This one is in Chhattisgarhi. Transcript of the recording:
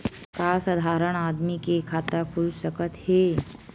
का साधारण आदमी के खाता खुल सकत हे?